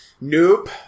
Nope